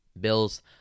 Bills